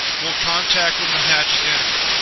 will contact when the hatch is entered.